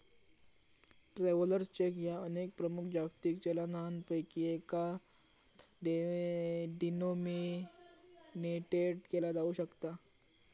travellers cheque ह्या अनेक प्रमुख जागतिक चलनांपैकी एकात डिनोमिनेटेड केला जाऊ शकता